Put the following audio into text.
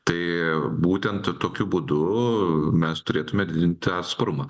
tai būtent tokiu būdu mes turėtume didinti tą atsparumą